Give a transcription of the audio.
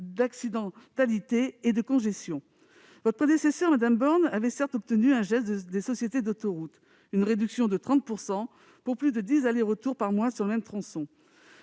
d'accidentalité et de congestion. Votre prédécesseur, Mme Borne, avait certes obtenu un geste des sociétés d'autoroutes : une réduction de 30 % pour plus de dix allers-retours par mois sur le même tronçon.